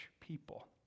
people